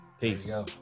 Peace